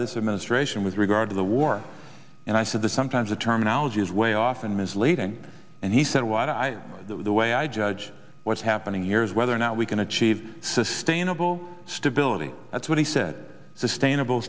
this administration with regard to the war and i said that sometimes the terminology is way off and misleading and he said what i do the way i judge what's happening here is whether or not we can achieve sustainable stability that's what he said sustainable